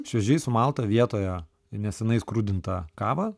šviežiai sumaltą vietoje ir nesenai skrudintą kavą